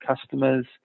customer's